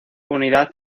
unidad